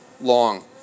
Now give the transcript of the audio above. long